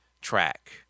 track